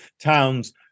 towns